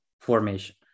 formation